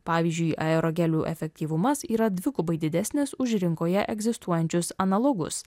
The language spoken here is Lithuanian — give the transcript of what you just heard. pavyzdžiui aerogelių efektyvumas yra dvigubai didesnis už rinkoje egzistuojančius analogus